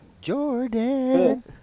Jordan